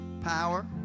power